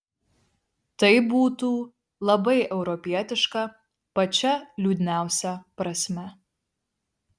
tai būtų labai europietiška pačia liūdniausia prasme